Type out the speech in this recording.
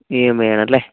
E M I ആണല്ലേ